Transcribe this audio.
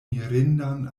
mirindan